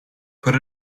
put